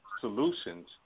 solutions